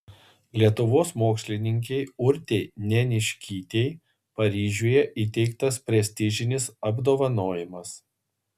lietuvos mokslininkei urtei neniškytei paryžiuje įteiktas prestižinis apdovanojimas